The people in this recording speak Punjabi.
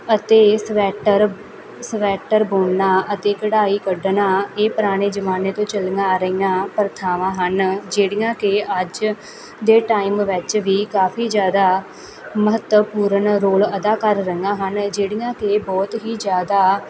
ਅਤੇ ਸਵੈਟਰ ਸਵੈਟਰ ਬੁਣਨਾ ਅਤੇ ਕਢਾਈ ਕੱਢਣਾ ਇਹ ਪੁਰਾਣੇ ਜ਼ਮਾਨੇ ਤੋਂ ਚਲੀਆਂ ਆ ਰਹੀਆਂ ਪਰਥਾਵਾਂ ਹਨ ਜਿਹੜੀਆਂ ਕਿ ਅੱਜ ਦੇ ਟਾਈਮ ਵਿੱਚ ਵੀ ਕਾਫ਼ੀ ਜ਼ਿਆਦਾ ਮਹੱਤਵਪੂਰਨ ਰੋਲ ਅਦਾ ਕਰ ਰਹੀਆਂ ਹਨ ਜਿਹੜੀਆਂ ਕਿ ਬਹੁਤ ਹੀ ਜ਼ਿਆਦਾ